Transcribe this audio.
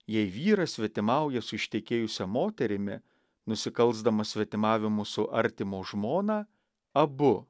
jei vyras svetimauja su ištekėjusia moterimi nusikalsdamas svetimavimu su artimo žmona abu